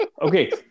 Okay